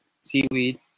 seaweed